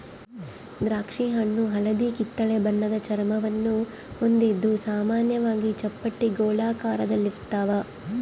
ದ್ರಾಕ್ಷಿಹಣ್ಣು ಹಳದಿಕಿತ್ತಳೆ ಬಣ್ಣದ ಚರ್ಮವನ್ನು ಹೊಂದಿದ್ದು ಸಾಮಾನ್ಯವಾಗಿ ಚಪ್ಪಟೆ ಗೋಳಾಕಾರದಲ್ಲಿರ್ತಾವ